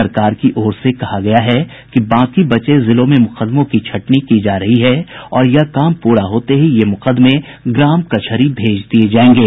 सरकार की ओर से कहा गया है कि बाकी बचे जिलों में मुकदमों की छंटनी की जा रही है और यह काम पूरा होते ही ये मुकदमे ग्राम कचहरी भेज दिए जाएंगे